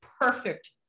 perfect